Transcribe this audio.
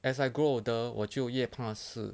as I grow older 我就越怕死